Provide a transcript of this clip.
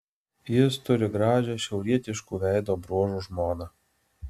jis turi gražią šiaurietiškų veido bruožų žmoną